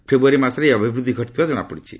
ଫେବୃୟାରୀ ମାସରେ ଏହି ଅଭିବୃଦ୍ଧି ଘଟିଥିବା ଜଣାପଡ଼ିଛି